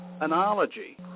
analogy